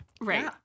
Right